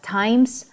times